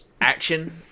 action